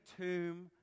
tomb